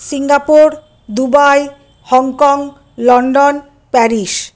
Singapore Dubai Hong Kong London Paris